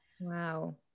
Wow